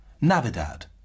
Navidad